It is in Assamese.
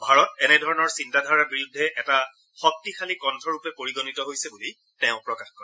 ভাৰত এনেধৰণৰ চিন্তাধাৰাৰ বিৰুদ্ধে এটা শক্তিশালী কণ্ঠৰূপে পৰিগণিত হৈছে বুলি তেওঁ প্ৰকাশ কৰে